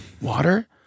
water